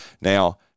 Now